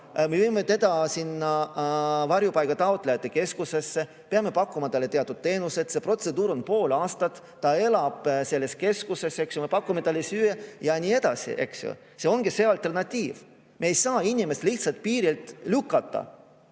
Me peame viima ta varjupaiga taotlejate keskusesse, me peame pakkuma talle teatud teenuseid. See protseduur kestab pool aastat. Ta elab selles keskuses, eks ju, me pakume talle süüa ja nii edasi. See ongi see alternatiiv. Me ei saa inimest lihtsalt piirilt [tagasi]